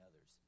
others